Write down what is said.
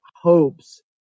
hopes